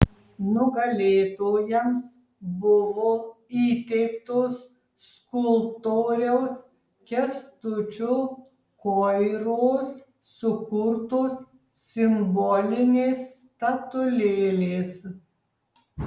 nugalėtojams buvo įteiktos skulptoriaus kęstučio koiros sukurtos simbolinės statulėlės